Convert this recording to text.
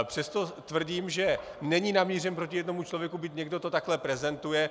Přesto tvrdím, že není namířen proti jednomu člověku, byť někdo to takhle prezentuje.